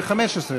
התשע"ו